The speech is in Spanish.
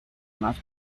más